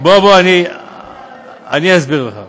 אני אסביר לך.